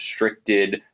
restricted